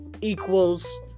equals